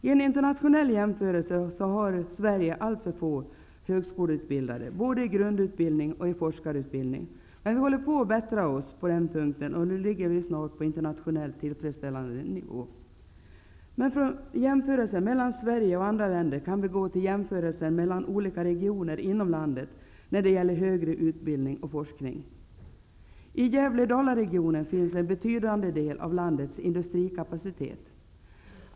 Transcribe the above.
I en internationell jämförelse har Sverige alltför få högskoleutbildade -- både i grundutbildning och i forskarutbildning. Men vi håller på att bättra oss på den punkten, och nu ligger vi snart på en internationellt tillfredsställande nivå. Från jämförelsen mellan Sverige och andra länder kan vi gå till jämförelsen mellan olika regioner inom landet när det gäller högre utbildning och forskning. I Gävle--Dala-regionen finns en betydande del av landets industrikapacitet.